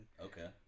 Okay